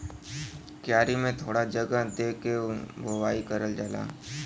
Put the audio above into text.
क्यारी में थोड़ा जगह दे के बोवाई करल जाला